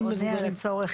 לא עונה על הצורך.